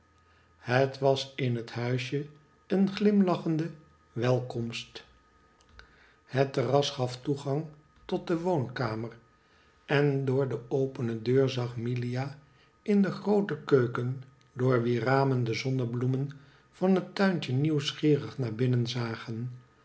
het was in het huisje een glimlachende welkomst het terrasje gaf toegang tot de woonkamer en door de opene deur zag milia in de groote keuken door wier ramen de zonbloemen van het tuintje nieuwsgierig naar binnen zagen